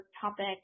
topic